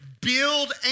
build